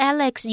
Alex